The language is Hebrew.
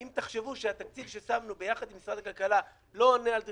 אם תחשבו שהתקציב שהצגנו ביחד עם משרד הכלכלה לא עונה על דרישתכם,